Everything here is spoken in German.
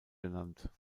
genannt